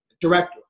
director